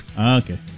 Okay